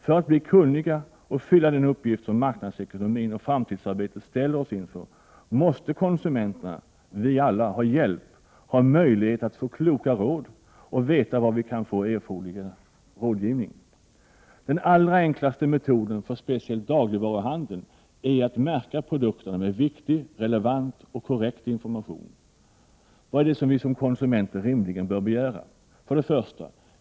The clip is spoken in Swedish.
För att bli kunniga och fylla den uppgift som marknadsekonomin och framtidsarbetet ställer oss inför måste konsumenterna — vi alla — ha hjälp, möjlighet att få kloka råd och veta var vi kan få erforderlig rådgivning. Den allra enklaste metoden för speciellt dagligvaruhandeln är att märka produkterna med viktig, relevant och korrekt information. Vad är det som vi som konsumenter rimligen bör begära? 1.